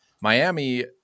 Miami